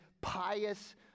pious